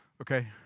Okay